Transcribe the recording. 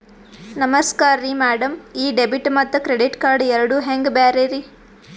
ನಮಸ್ಕಾರ್ರಿ ಮ್ಯಾಡಂ ಈ ಡೆಬಿಟ ಮತ್ತ ಕ್ರೆಡಿಟ್ ಕಾರ್ಡ್ ಎರಡೂ ಹೆಂಗ ಬ್ಯಾರೆ ರಿ?